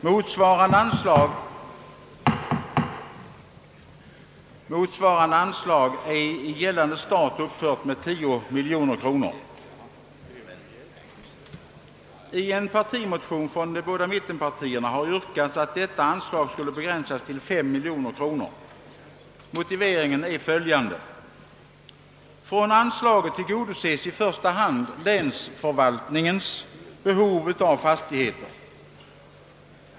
Motsvarande anslag är i gällande stat uppfört med 10 miljoner kronor. tenpartierna har yrkats att detta anslag skall begränsas till 5 miljoner kronor. Motiveringen är följande: Från anslaget tillgodoses i första hand länsförvaltningens behov av fastigheter.